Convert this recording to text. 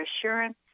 assurance